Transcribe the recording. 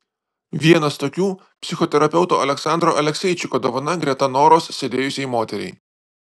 vienas tokių psichoterapeuto aleksandro alekseičiko dovana greta noros sėdėjusiai moteriai